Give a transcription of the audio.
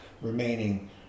remaining